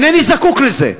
אינני זקוק לזה.